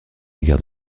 guerre